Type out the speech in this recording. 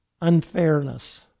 unfairness